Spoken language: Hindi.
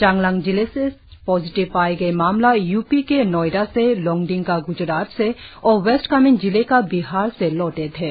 चांगलांग जिले से पॉजिटिव पाए गए मामला यू पी के नोएडा से लोंगडिंग का ग्जरात से और वेस्ट कामेंग जिले का बिहार से लौटे थे